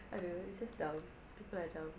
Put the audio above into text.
I don't know it's just dumb people are dumb